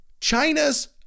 China's